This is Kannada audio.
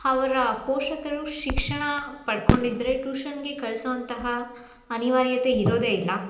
ಅವರ ಪೋಷಕರು ಶಿಕ್ಷಣ ಪಡ್ಕೊಂಡಿದ್ದರೆ ಟೂಷನ್ಗೆ ಕಳಿಸುವಂತಹ ಅನಿವಾರ್ಯತೆ ಇರೋದೇ ಇಲ್ಲ